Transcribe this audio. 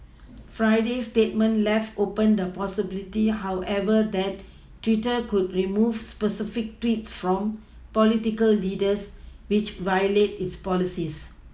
Friday's statement left open the possibility however that Twitter could remove specific tweets from political leaders which violate its policies